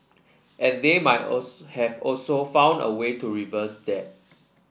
and they might have also found a way to reverse that